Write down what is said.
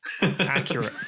Accurate